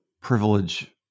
privilege